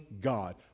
God